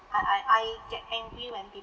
I I I get angry when people